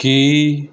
ਕੀ